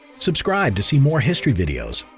subscribe to see more history videos.